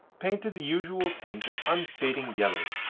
painted the usual tint of unfading yellow.